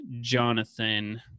Jonathan –